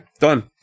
done